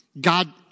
God